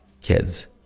kids